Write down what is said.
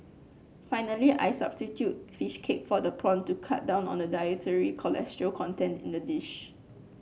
finally I substitute fish cake for the prawn to cut down on the dietary cholesterol content in the dish